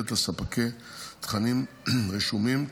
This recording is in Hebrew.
לתת לספקי תכנים רשומים,